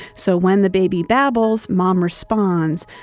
so when the baby babbles, mom responds.